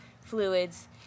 fluids